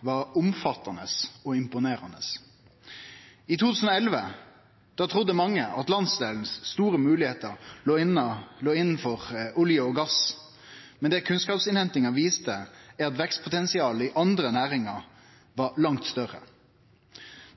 var omfattande og imponerande. I 2011 trudde mange at landsdelens store moglegheiter låg innanfor olje og gass, men det kunnskapsinnhentinga viste, var at vekstpotensialet i andre næringar var langt større.